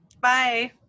bye